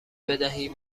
بدهید